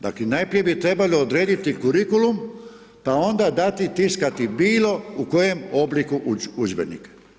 Dakle, najprije bi trebali odrediti kurikulum pa onda dati tiskati bilo u kojem obliku udžbenike.